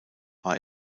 war